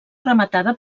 rematada